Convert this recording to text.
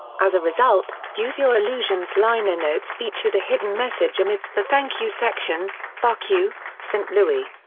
as a result, use your illusion's liner notes featured a hidden message amidst the thank you section fuck you, st. louis!